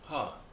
!huh!